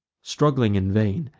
struggling in vain,